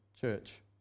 church